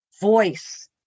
voice